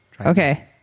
Okay